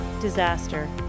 disaster